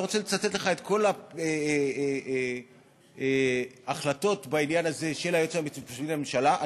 אני לא רוצה לצטט לך את כל ההחלטות של היועץ המשפטי לממשלה בעניין הזה.